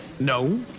No